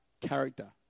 character